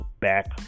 Back